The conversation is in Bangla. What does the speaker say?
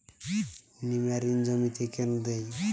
নিমারিন জমিতে কেন দেয়?